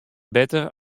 better